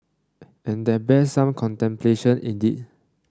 and that bears some contemplation indeed